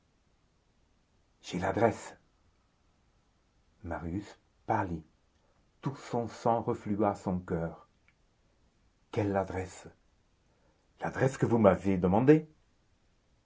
j'ai l'adresse marius pâlit tout son sang reflua à son coeur quelle adresse l'adresse que vous m'avez demandée